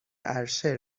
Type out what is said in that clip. عرشه